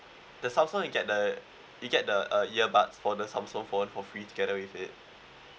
the Samsung you get the you get the uh earbuds for the Samsung phone for free together with it